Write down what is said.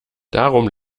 darum